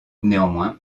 néanmoins